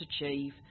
achieve